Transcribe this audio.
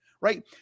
right